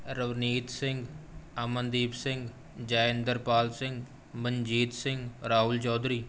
Ravneet Singh Amandeep Singh Jaiinderpal Singh Manjeet Singh Rahul Chaudhary